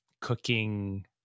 cooking